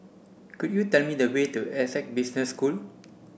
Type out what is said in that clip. could you tell me the way to Essec Business School